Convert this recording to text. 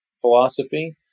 philosophy